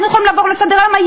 אנחנו יכולים לעבור לסדר-היום?